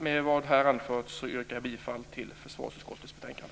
Med vad som här anförts yrkar jag bifall till hemställan i försvarsutskottets betänkande.